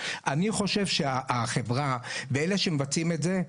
אני חושב שהחברה ואלה שמבצעים את זה,